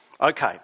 Okay